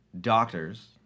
doctors